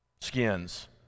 skins